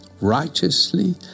righteously